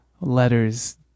letters